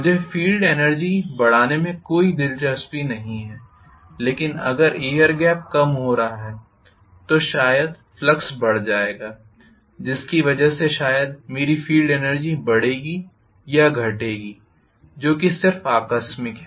मुझे field energy बढ़ाने में कोई दिलचस्पी नहीं है लेकिन अगर एयर गेप कम हो रहा है तो शायद फ्लक्स बढ़ जाएगा जिसकी वजह से शायद मेरी फील्ड एनर्जी बढ़ेगी या घटेगी जो कि सिर्फ आकस्मिक है